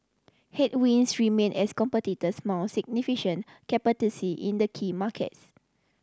headwinds remain as competitors mount significant in the key markets